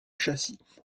châssis